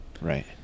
Right